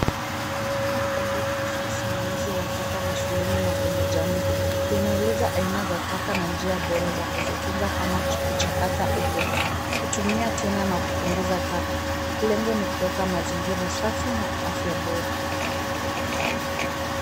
Huu ni bango kuhusu simamizi taka shuleni na kwenye jamii, linaonyesha aina za taka na njia bora za kuzitunza kama kuchakata upya, kutumia tena na kupunguza taka, lengo ni kuweka mazingira safi na afya bora.